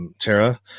Tara